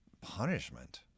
punishment